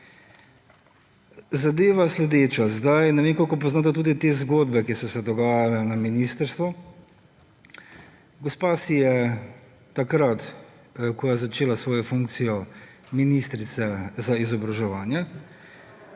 Zadeva je sledeča. Ne vem, koliko poznate tudi te zgodbe, ki so se dogajale na ministrstvu. Gospa si je takrat, ko je začela svojo funkcijo ministrice za izobraževanje,